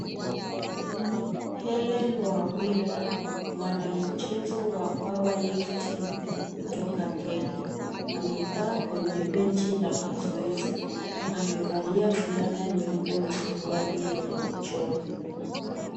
Hellen Wawira, mwanamichezo wa Power Lifting, kutoka Kenya, amekaa kwenye benchi la mazoezi. Amevalia fulana nyeupe na suruali yenye michoro.